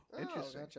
Interesting